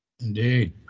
Indeed